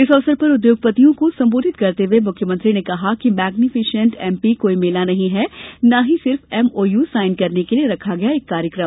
इस अवसर पर उद्योगपतियों को संबोधित करते हुये मुख्यमंत्री ने कहा कि मैग्निफिसेंट एमपी कोई मेला नहीं है ना ही सिर्फ एमओयू साइन करने के लिए रखा गया एक कार्यक्रम